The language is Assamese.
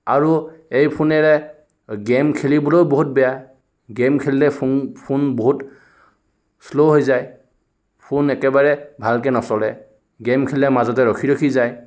আৰু এই ফোনেৰে গেম খেলিবলৈও বহুত বেয়া গেম খেলিলে ফোন ফোন বহুত শ্ল' হৈ যায় ফোন একেবাৰে ভালকৈ নচলে গেম খেলিলে মাজতে ৰখি ৰখি যায়